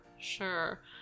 sure